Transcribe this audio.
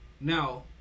Now